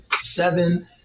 seven